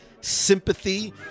sympathy